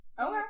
okay